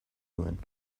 nuen